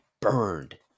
burned